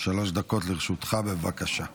שלוש דקות לרשותך, בבקשה.